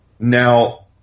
Now